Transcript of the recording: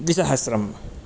द्विसहस्रम्